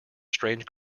strange